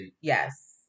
Yes